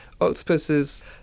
Octopuses